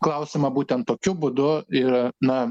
klausimą būtent tokiu būdu ir na